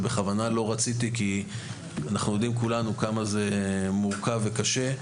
ובכוונה לא רציתי כי אנחנו יודעים כולנו כמה זה מורכב וקשה.